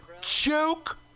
Joke